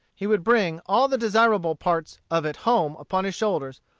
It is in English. he would bring all the desirable parts of it home upon his shoulders,